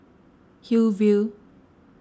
Hillview